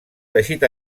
teixit